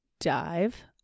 dive